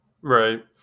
Right